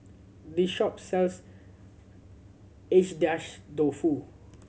this shop sells Agedashi Dofu